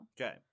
Okay